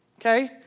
Okay